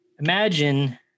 imagine